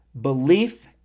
belief